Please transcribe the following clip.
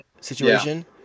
situation